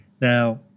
Now